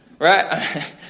Right